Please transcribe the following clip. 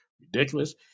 ridiculous